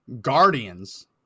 Guardians